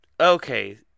Okay